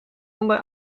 ander